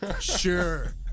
Sure